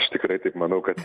aš tikrai taip manau kad